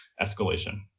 escalation